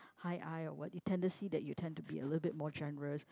high I or what it tendency that you tend to be a little bit more generous